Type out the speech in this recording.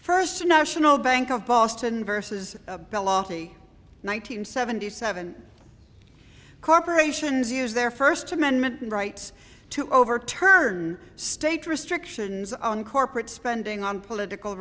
first national bank of boston versus one nine hundred seventy seven corporations use their first amendment rights to overturn state restrictions on corporate spending on political